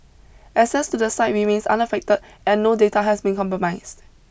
access to the site remains unaffected and no data has been compromised